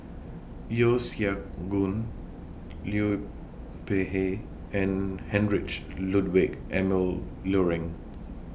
Yeo Siak Goon Liu Peihe and Heinrich Ludwig Emil Luering